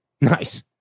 Nice